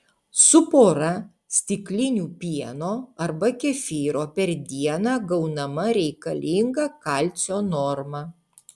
su pora stiklinių pieno arba kefyro per dieną gaunama reikalinga kalcio norma